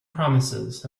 promises